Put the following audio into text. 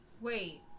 wait